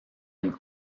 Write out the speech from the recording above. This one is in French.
une